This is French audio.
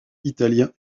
italiens